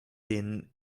den